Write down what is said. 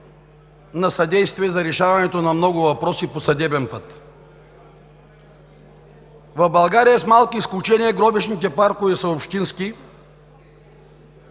на съдействие за решаването на много въпроси по съдебен път. В България, с малки изключения, гробищните паркове са общински.